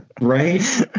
Right